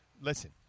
listen